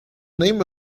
name